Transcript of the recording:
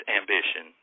ambition